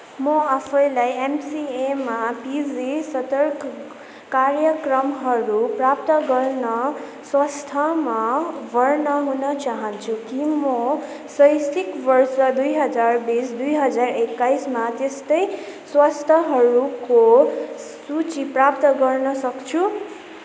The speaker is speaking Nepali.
म आफूलाई एमसिएमा पिजी स्तरका कार्यक्रमहरू प्रदान गर्ने संस्थानमा भर्ना हुन चाहन्छु के म शैक्षिक वर्ष दुई हजार बिस दुई हजार एक्काइसमा त्यस्तै संस्थानहरूको सूची प्राप्त गर्न सक्छु